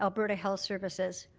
alberta health services,